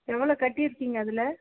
எவ்வளோ கட்டியிருக்கீங்க அதில்